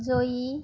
জয়ী